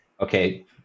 okay